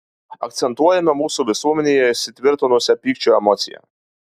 akcentuojate mūsų visuomenėje įsitvirtinusią pykčio emociją